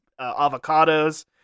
avocados